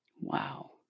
Wow